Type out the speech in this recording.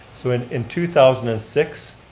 so and in two thousand and six,